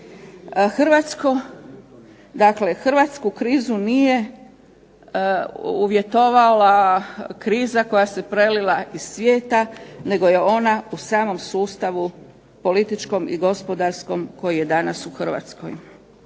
Hrvatsku krizu nije uvjetovala kriza koja se prelila iz svijeta nego je ona u samom sustavu političkom i gospodarskom koji je danas u Hrvatskoj.